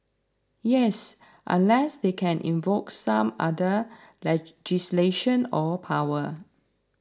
yes unless they can invoke some other legislation or power